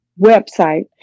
website